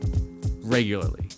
regularly